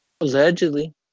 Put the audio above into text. Allegedly